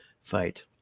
fight